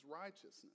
righteousness